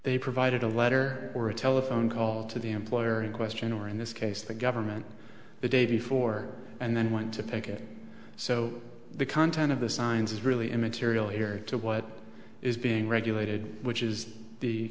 they provided a letter or a telephone call to the employer in question or in this case the government the day before and then went to picket so the content of the signs is really immaterial here to what is being regulated which is the